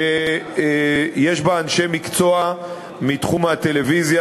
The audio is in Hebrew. שיש בה אנשי מקצוע מתחום הטלוויזיה,